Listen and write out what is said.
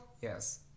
yes